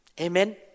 Amen